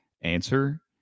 answer